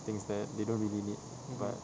things that they don't really need but